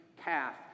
calf